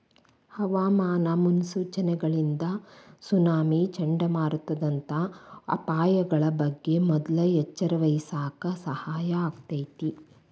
ಹವಾಮಾನ ಮುನ್ಸೂಚನೆಗಳಿಂದ ಸುನಾಮಿ, ಚಂಡಮಾರುತದಂತ ಅಪಾಯಗಳ ಬಗ್ಗೆ ಮೊದ್ಲ ಎಚ್ಚರವಹಿಸಾಕ ಸಹಾಯ ಆಕ್ಕೆತಿ